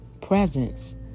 presence